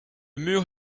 mur